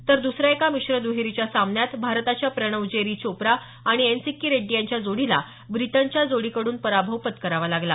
तर दुसऱ्या एका मिश्र दुहेरीच्या सामन्यात भारताच्या प्रणव जेरी चोप्रा आणि एक सिक्की रेड्डी यांच्या जोडीला ब्रिटनच्या जोडीकड्रन पराभव पत्करावा लागला